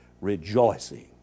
rejoicing